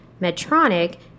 Medtronic